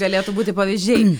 galėtų būti pavyzdžiai